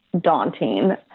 daunting